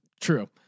True